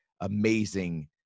amazing